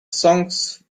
songs